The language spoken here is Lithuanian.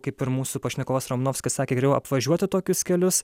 kaip ir mūsų pašnekovas romanovskis sakė geriau apvažiuoti tokius kelius